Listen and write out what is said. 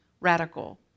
radical